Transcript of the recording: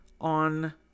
on